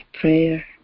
prayer